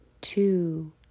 two